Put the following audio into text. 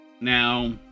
Now